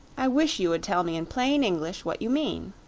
i wish you would tell me in plain english what you mean.